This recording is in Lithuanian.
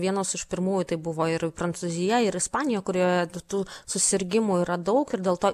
vienos iš pirmųjų tai buvo ir prancūzija ir ispanija kurioje tų tų susirgimų yra daug ir dėl to